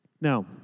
Now